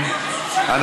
חבר הכנסת חזן,